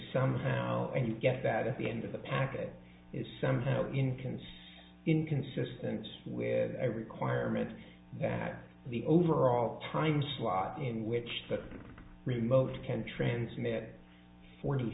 sound and you get that at the end of the packet is somehow incans inconsistent with a requirement that the overall time slot in which the remote can transmit forty